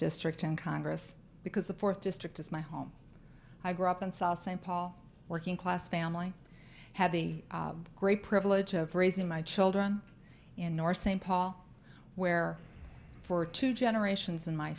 district in congress because the fourth district is my home i grew up in south st paul working class family had the great privilege of raising my children in north st paul where for two generations in my